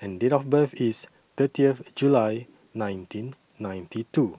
and Date of birth IS thirtieth July nineteen ninety two